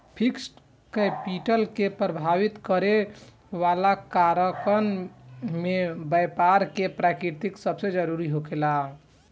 fixed capital के प्रभावित करे वाला कारकन में बैपार के प्रकृति सबसे जरूरी होखेला